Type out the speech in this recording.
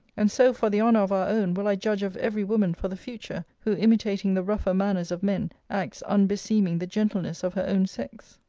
and so, for the honour of our own, will i judge of every woman for the future, who imitating the rougher manners of men, acts unbeseeming the gentleness of her own sex.